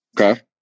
Okay